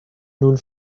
nun